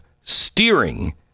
steering